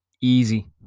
easy